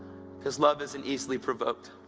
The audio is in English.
because love isn't easily provoked.